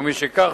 ומשכך,